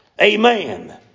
Amen